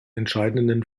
entscheidenden